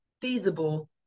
feasible